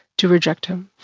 to reject him.